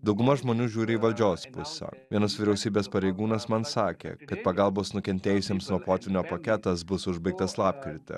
dauguma žmonių žiūri į valdžios pusę vienas vyriausybės pareigūnas man sakė kad pagalbos nukentėjusiems nuo potvynio paketas bus užbaigtas lapkritį